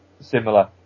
similar